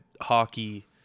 hockey